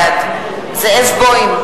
בעד זאב בוים,